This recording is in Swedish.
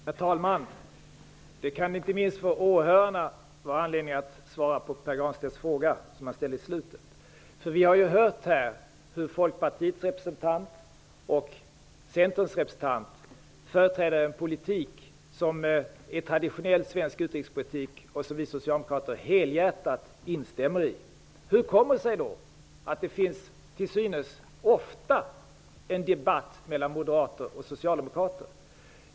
Herr talman! Det kan inte minst med tanke på åhörarna finnas anledning att svara på den fråga som Pär Granstedt avslutningsvis ställde. Vi har ju här hört Folkpartiets representant och även Centerns representant företräda en politik som är traditionell svensk utrikespolitik och som vi socialdemokrater helhjärtat instämmer i. Hur kommer det sig då att det till synes ofta finns en debatt mellan moderater och socialdemokrater?